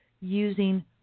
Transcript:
using